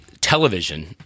television